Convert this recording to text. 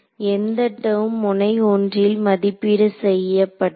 எந்த டெர்ம் முனை 1 ல் மதிப்பீடு செய்யப்பட்டது